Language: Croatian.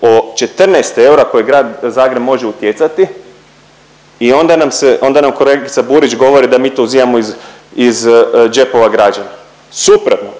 o 14 eura koje Grad Zagreb može utjecati i onda se, onda nam kolegica Burić govori da mi to uzimamo iz džepova građana. Suprotno,